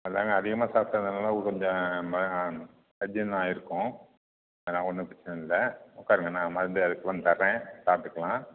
அதாங்க அதிகமாக சாப்பிட்டதுனால கொஞ்சம் ம அஜீரணமாயிருக்கும் அதெலாம் ஒன்றும் பிரச்சனை இல்லை உட்காருங்க நான் மருந்து எடுத்துட்டு வந்து தரேன் பார்த்துக்கலாம்